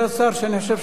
שאני חושב שהיו,